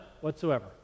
whatsoever